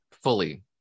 fully